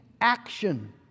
action